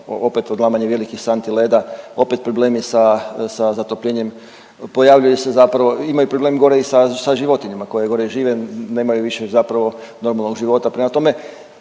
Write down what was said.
opet odlamanje velikih santi leda, opet problemi sa zatopljenjem. Pojavljuje se zapravo, imaju problem gore i sa životinjama koje gore žive. Nemaju više zapravo normalnog života. Prema tome,